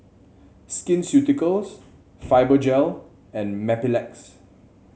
Skin Ceuticals Fibogel and Mepilex